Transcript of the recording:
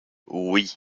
oui